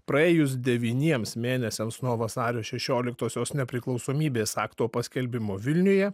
praėjus devyniems mėnesiams nuo vasario šešioliktosios nepriklausomybės akto paskelbimo vilniuje